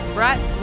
Brett